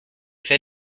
fait